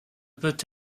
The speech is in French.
peut